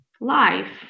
life